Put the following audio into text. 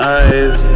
eyes